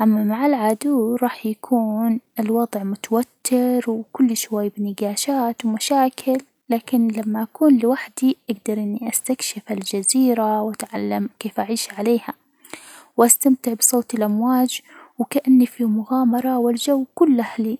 أما مع العدو راح يكون الوضع متوتر وكل شوي بنجاشات ومشاكل، لكن لما أكون لوحدي أجدر إني استكشف الجزيرة وأتعلم كيف أعيش عليها، وأستمتع بصوت الأمواج وكأني في مغامرة والجو كله لي.